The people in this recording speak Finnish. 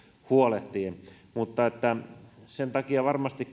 huolehtien mutta sen takia varmasti